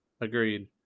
Agreed